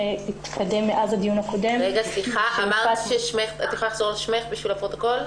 ב-1 באוקטובר המשרד הפיץ תזכיר חוק בנושא השחרור המינהלי,